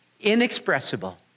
inexpressible